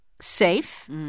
safe